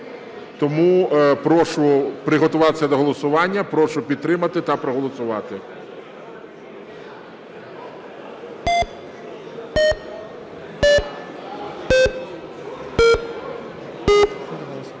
Тому прошу приготуватися до голосування. Прошу підтримати та проголосувати.